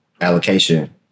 allocation